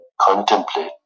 contemplate